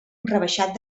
rebaixat